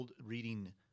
reading